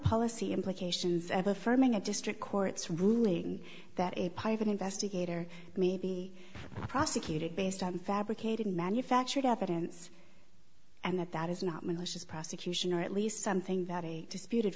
policy implications of affirming a district court's ruling that a private investigator may be prosecuted based on fabricated manufactured evidence and that that is not malicious prosecution or at least something that a disputed